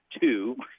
two